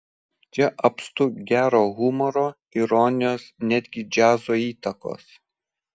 čia apstu gero humoro ironijos netgi džiazo įtakos